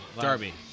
Darby